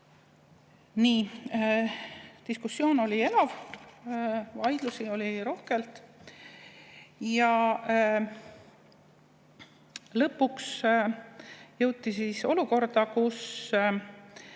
Diskussioon oli elav, vaidlusi oli rohkelt. Lõpuks jõuti olukorda, kus